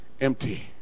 empty